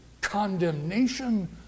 condemnation